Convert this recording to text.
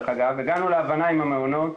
הגענו להבנה עם המעונות